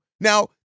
Now